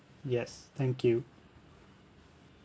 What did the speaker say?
yes thank you